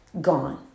gone